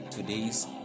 today's